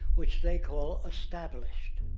which they call established.